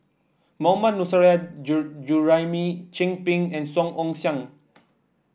Mohammad Nurrasyid Juraimi Chin Peng and Song Ong Siang